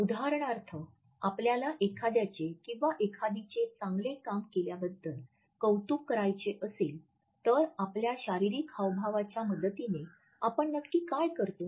उदाहरणार्थ आपल्याला एखाद्याचे किंवा एखादीचे चांगले काम केल्याबद्दल कौतुक करायचे असेल तर आपल्या शारीरिक हावभावाच्या मदतीने आपण नक्की काय करतो